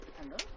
Hello